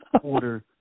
order